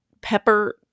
pepper